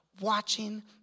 watching